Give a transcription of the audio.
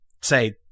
say